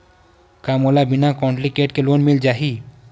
का मोला बिना कौंटलीकेट के लोन मिल जाही?